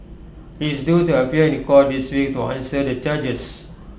he is due to appear in court this week to answer the charges